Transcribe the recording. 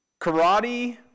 Karate